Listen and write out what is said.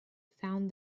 found